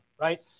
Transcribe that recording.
right